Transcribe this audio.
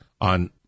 on